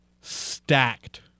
stacked